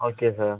okay sir